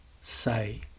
say